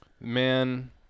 Man